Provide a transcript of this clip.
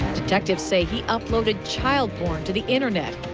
detectives say he uploaded child porn to the internet.